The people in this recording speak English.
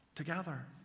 Together